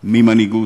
ממנהיגות.